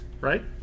right